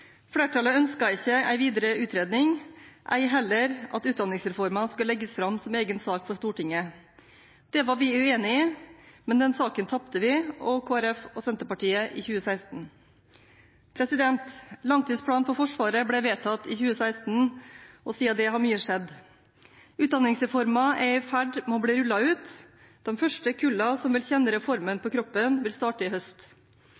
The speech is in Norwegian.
Flertallet ønsket ikke en videre utredning, ei heller at utdanningsreformen skulle legges fram som egen sak for Stortinget. Det var vi uenig i, men den saken tapte vi, Kristelig Folkeparti og Senterpartiet i 2016. Langtidsplanen for Forsvaret ble vedtatt i 2016, og siden det har mye skjedd. Utdanningsreformen er i ferd med å bli rullet ut. De første kullene som vil kjenne reformen på kroppen, vil starte i høst.